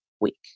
week